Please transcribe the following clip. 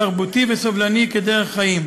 תרבותי וסובלני כדרך חיים.